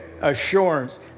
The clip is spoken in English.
assurance